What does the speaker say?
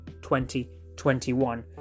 2021